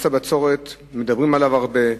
מס הבצורת, מדברים עליו הרבה,